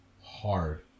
hard